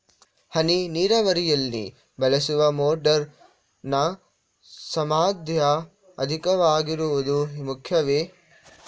ಹನಿ ನೀರಾವರಿಯಲ್ಲಿ ಬಳಸುವ ಮೋಟಾರ್ ನ ಸಾಮರ್ಥ್ಯ ಅಧಿಕವಾಗಿರುವುದು ಮುಖ್ಯವೇ?